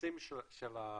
הנכסים של המשקיעים,